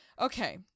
Okay